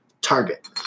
Target